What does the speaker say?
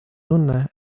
tunne